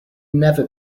never